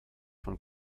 von